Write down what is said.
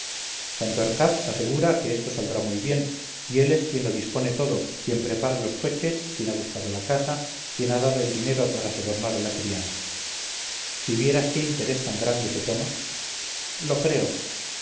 santorcaz asegura que esto saldrá muy bien y él es quien lo dispone todo quien prepara los coches quien ha buscado la casa quien ha dado el dinero para sobornar a la criada si vieras qué interés tan grande se toma lo creo